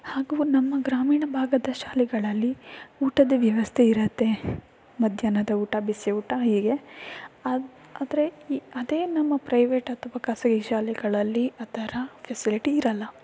ಹಾಗೂ ನಮ್ಮ ಗ್ರಾಮೀಣ ಭಾಗದ ಶಾಲೆಗಳಲ್ಲಿ ಊಟದ ವ್ಯವಸ್ಥೆ ಇರತ್ತೆ ಮಧ್ಯಾಹ್ನದ ಊಟ ಬಿಸಿಯೂಟ ಹೀಗೆ ಆದ ಆದರೆ ಅದೇ ನಮ್ಮ ಪ್ರೈವೇಟ್ ಅಥವಾ ಖಾಸಗಿ ಶಾಲೆಗಳಲ್ಲಿ ಆ ಥರ ಫೆಸಿಲಿಟಿ ಇರೋಲ್ಲ